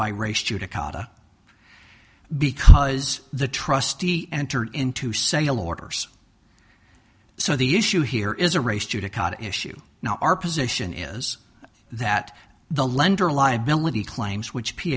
by race judicata because the trustee entered into sale orders so the issue here is a race judicata issue now our position is that the lender liability claims which p